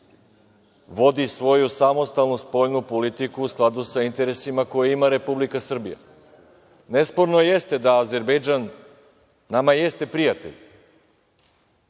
vodi svoju samostalnu spoljnu politiku u skladu sa interesima koje ima Republika Srbija. Nesporno jeste da Azerbejdžan nama jeste prijatelj,